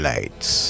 Lights